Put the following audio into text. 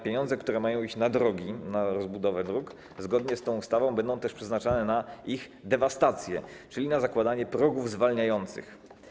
Pieniądze, które mają iść na drogi, na rozbudowę dróg, zgodnie z tą ustawą, będą też przeznaczane na ich dewastację, czyli na zakładanie progów zwalniających.